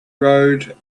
road